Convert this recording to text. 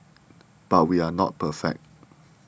but we are not perfect